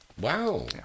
Wow